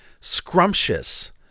scrumptious